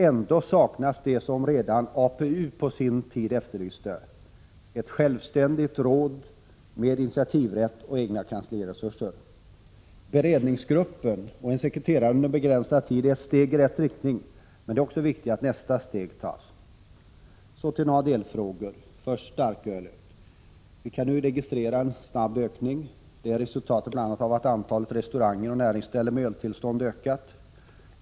Ändå saknas det som redan APU på sin tid efterlyste: ett självständigt råd med initiativrätt och egna kansliresurser. Beredningsgruppen och en sekreterare under begränsad tid är ett steg i rätt riktning, men det är också viktigt att nästa steg tas. Så till några delfrågor och först frågan om starkölet. Vi kan nu registrera en snabb ökning. Detta är resultatet bl.a. av att antalet restauranger och näringsställen med öltillstånd ökat.